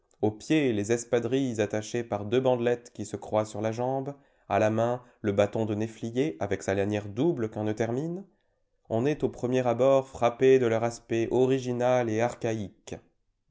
aux pieds les espadrilles attachées par deux bandelettes qui se croisent sur la jambe à la main le bâton de néflier avec sa lanière double qu'un nœud termine on est au premier abord frappé de leur aspect original et archaïque